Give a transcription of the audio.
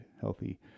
healthy